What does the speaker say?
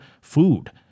food